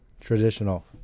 traditional